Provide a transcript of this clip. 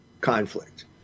conflict